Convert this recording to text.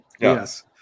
yes